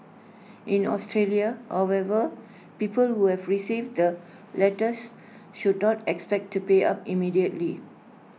in Australia however people who have received the letters should not expect to pay up immediately